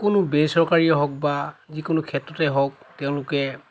কোনো বেচৰকাৰীয়ে হওক বা যিকোনো ক্ষেত্ৰতে হওক তেওঁলোকে